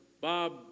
Bob